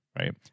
right